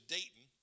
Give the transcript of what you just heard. Dayton